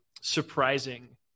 surprising